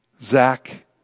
Zach